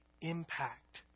impact